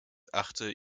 achte